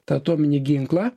tą atominį ginklą